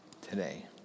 today